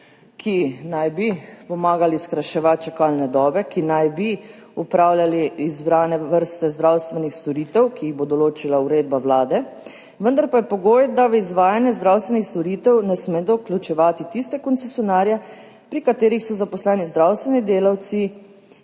ki naj bi pomagali skrajševati čakalne dobe, ki naj bi opravljali izbrane vrste zdravstvenih storitev, ki jih bo določila uredba Vlade, vendar pa je pogoj, da v izvajanje zdravstvenih storitev ne smejo vključevati tistih koncesionarjev, pri katerih so zaposleni zdravstveni delavci,